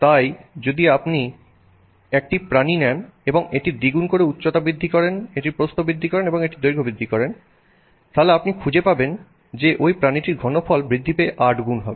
তাই যদি আপনি একটি প্রাণী নেন এবং এটির দ্বিগুণ করে উচ্চতা বৃদ্ধি করেন এটির প্রস্থ বৃদ্ধি করেন এবং এটির দৈর্ঘ্য বৃদ্ধি করেন আপনি হঠাৎ খুঁজে পাবেন যে ওই প্রাণীটির ঘনফল বৃদ্ধি পেয়ে 8 গুণ হবে